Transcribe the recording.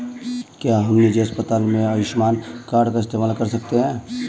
क्या हम निजी अस्पताल में आयुष्मान कार्ड का इस्तेमाल कर सकते हैं?